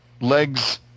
legs